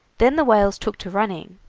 then the whales took to running,